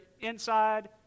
inside